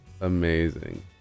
amazing